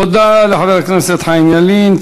תודה לחבר הכנסת חיים ילין.